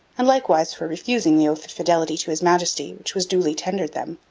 and likewise for refusing the oath of fidelity to his majesty which was duly tendered them,